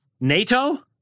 NATO